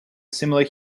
similar